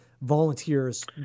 volunteers